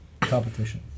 competition